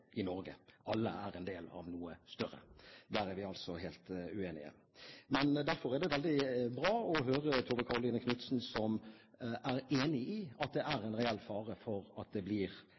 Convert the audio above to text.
i Norge – alle er en del av noe større. Der er vi altså helt uenige. Derfor er det veldig godt å høre Tove Karoline Knutsen, som er enig i at det er en reell fare for at det blir